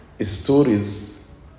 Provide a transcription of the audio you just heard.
stories